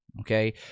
okay